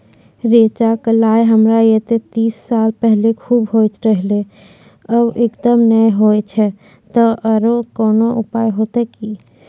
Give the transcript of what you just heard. रेचा, कलाय हमरा येते तीस साल पहले खूब होय रहें, अब एकदम नैय होय छैय तऽ एकरऽ कोनो उपाय हेते कि?